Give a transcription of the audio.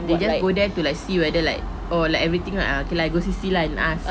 they just go there to like see whether like oh like everything like ah okay I go C_C lah and ask